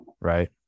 Right